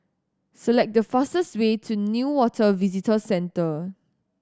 select the fastest way to Newater Visitor Centre